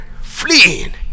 fleeing